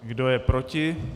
Kdo je proti?